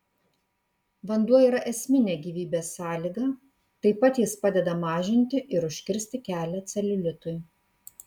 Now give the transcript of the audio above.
vanduo yra esminė gyvybės sąlyga taip pat jis padeda mažinti ir užkirsti kelią celiulitui